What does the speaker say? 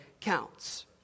counts